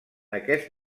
aquest